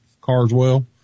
Carswell